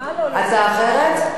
הצעה אחרת?